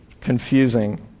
confusing